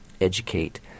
Educate